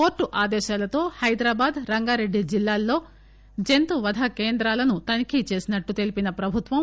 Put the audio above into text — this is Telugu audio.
కోర్టు ఆదేశాలతో హైదరాబాద్ రంగారెడ్డి జిల్లాల్లో జంతువధ కేంద్రాలను తనిఖీ చేసినట్టు తెలిపిన ప్రభుత్వం